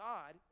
God